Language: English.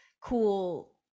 cool